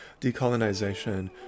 decolonization